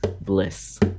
bliss